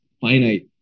finite